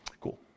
Cool